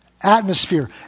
atmosphere